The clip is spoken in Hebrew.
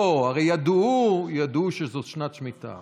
לא, הרי ידעו שזאת שנת שמיטה